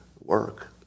work